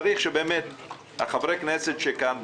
צריך שחברי הכנסת שכאן,